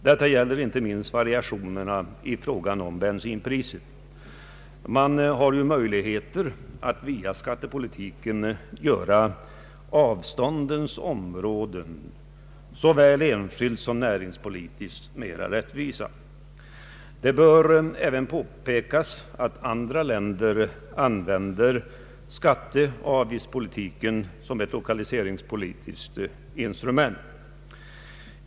Detta gäller inte minst variationerna i fråga om bensinpriset. Man har ju möjligheter att via skattepolitiken avgränsa de av avstånden beroende zonerna mera rätt vist såväl enskilt som näringspolitiskt. Det bör även påpekas att andra länder använder skatteoch avgiftspolitiken som ett lokaliseringspolitiskt instrument.